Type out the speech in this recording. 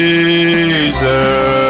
Jesus